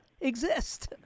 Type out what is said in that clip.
exist